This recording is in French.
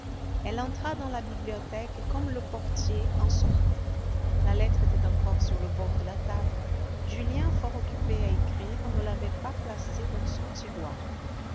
elle entra dans la bibliothèque comme le portier en sortait la lettre était encore sur le bord de la table julien fort occupé à écrire ne l'avait pas placée dans son tiroir